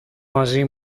μαζί